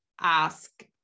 ask